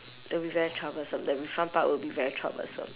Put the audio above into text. it'll be very troublesome the refund part will be very troublesome